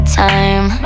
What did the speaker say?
time